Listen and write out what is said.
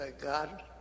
God